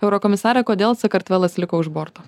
eurokomisare kodėl sakartvelas liko už borto